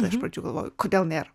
dar iš pradžių galvojau kodėl nėr